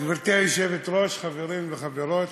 גברתי היושבת-ראש, חברים וחברות,